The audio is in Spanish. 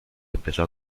empezó